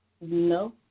No